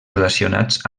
relacionats